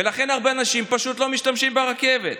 ולכן הרבה אנשים פשוט לא משתמשים ברכבת.